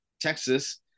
Texas